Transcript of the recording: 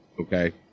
okay